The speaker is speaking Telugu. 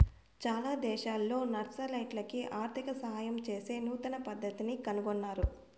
చాలా దేశాల్లో నక్సలైట్లకి ఆర్థిక సాయం చేసే నూతన పద్దతిని కనుగొన్నారు